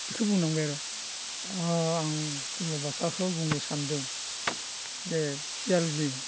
बेखौ बुंनांबाय आरो आं सल'बाथाखौ बुंनो सान्दों दे सियालनि